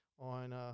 on –